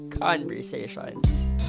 Conversations